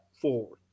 forward